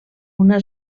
una